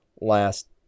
last